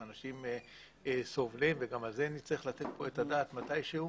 ואנשים סובלים וגם על זה נצטרך לתת פה את הדעת מתי שהוא.